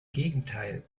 gegenteil